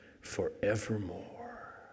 forevermore